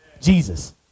Jesus